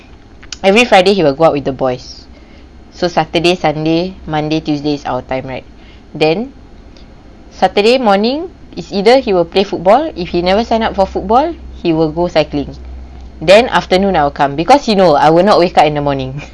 every friday he will go out with the boys so saturday sunday monday tuesday's our time right then saturday morning it's either he will play football if you never sign up for football he will go cycling then afternoon I'll come because you know I would not wake up in the morning